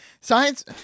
Science